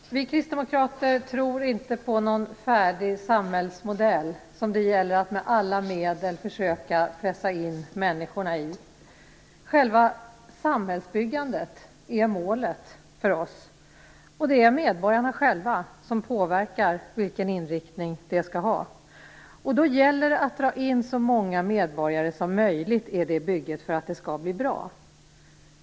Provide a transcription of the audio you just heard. Fru talman! Vi kristdemokrater tror inte på någon färdig samhällsmodell som det gäller att med alla medel försöka pressa in människorna i. Själva samhällsbyggandet är målet för oss, och det är medborgarna själva som påverkar vilken inriktning det skall ha. Det gäller att dra in så många medborgare som möjligt i det bygget för att det skall bli bra.